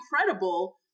incredible